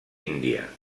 índia